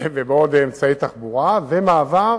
ובעוד אמצעי תחבורה, ומעבר